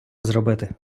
зробити